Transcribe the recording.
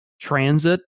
transit